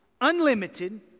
unlimited